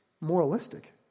moralistic